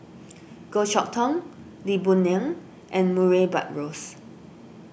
Goh Chok Tong Lee Boon Ngan and Murray Buttrose